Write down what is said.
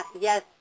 yes